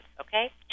okay